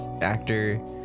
actor